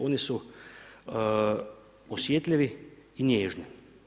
Oni su osjetljivi i nježni.